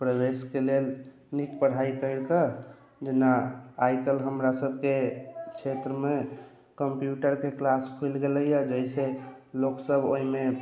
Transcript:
प्रवेशके लेल नीक पढ़ाइ करिके जेना आइ काल्हि हमरा सभके क्षेत्रमे कम्प्यूटरके क्लास खुलि गेलै है जाहिसँ लोक सभ ओहिमे